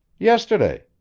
yesterday.